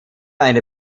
eine